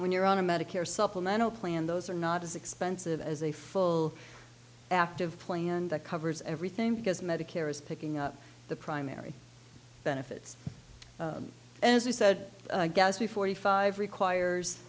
when you're on a medicare supplemental plan those are not as expensive as a full aft of plan that covers everything because medicare is picking up the primary benefits as you said gaspy forty five requires